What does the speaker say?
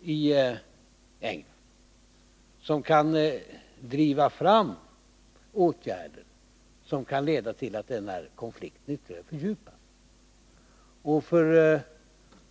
och som kan driva fram åtgärder som kan leda till att konflikten inte behöver fördjupas.